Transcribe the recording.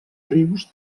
rius